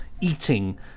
eating